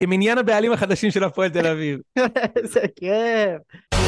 עם עניין הבעלים החדשים של הפועל תל אביב. איזה כיף!